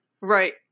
right